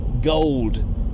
gold